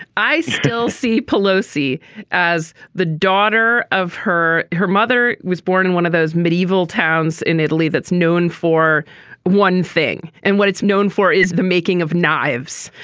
i still see pelosi as the daughter of her. her mother was born in one of those medieval towns in italy that's known for one thing. and what it's known for is the making of knives.